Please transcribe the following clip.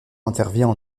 intervient